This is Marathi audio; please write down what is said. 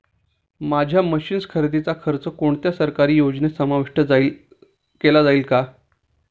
माझ्या मशीन्स खरेदीचा खर्च कोणत्या सरकारी योजनेत समाविष्ट केला जाईल का?